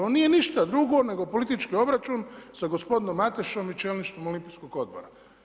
Ona nije ništa drugo, nego politički obračun sa gospodinom Matešom i čelnikom Olimpijskog odbora.